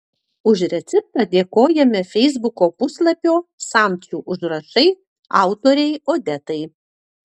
už receptą dėkojame feisbuko puslapio samčio užrašai autorei odetai